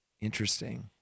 Interesting